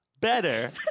better